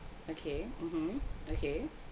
okay mmhmm okay